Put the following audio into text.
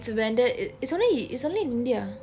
it's banndc in it it's only it's only india